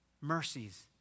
mercies